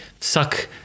suck